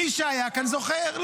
מי שהיה כאן זוכר.